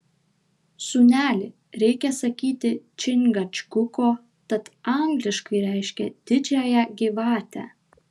sūneli reikia sakyti čingačguko tat angliškai reiškia didžiąją gyvatę